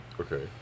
okay